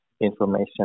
information